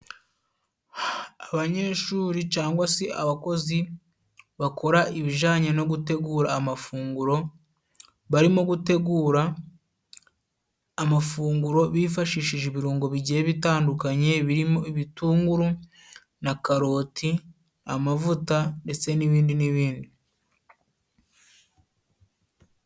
Abanyeshuri cangwa si abakozi bakora ibijanye no gutegura amafunguro, barimo gutegura amafunguro bifashishije ibirungo bigiye bitandukanye birimo: ibitunguru na karoti, amavuta ndetse n'ibindi n'ibindi.